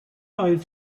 oedd